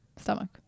Stomach